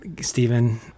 Stephen